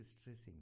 stressing